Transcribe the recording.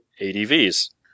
ADVs